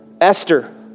Esther